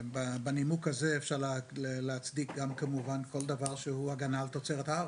בנימוק הזה אפשר להצדיק גם כמובן כל דבר שהוא הגנה על תוצרת הארץ.